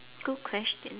good question